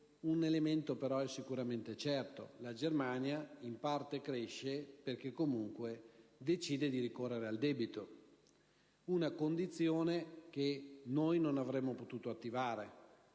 un elemento però è sicuramente certo: la Germania in parte cresce perché, comunque, decide di ricorrere al debito. È una condizione che noi non avremmo potuto attivare.